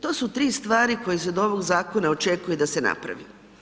To su tri stvari koje se od ovog zakona očekuje da se napravi.